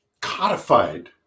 codified